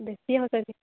বেছি হৈ